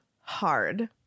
hard